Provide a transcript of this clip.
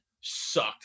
sucked